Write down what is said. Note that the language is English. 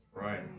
Right